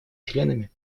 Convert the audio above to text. членами